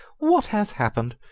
what has happened?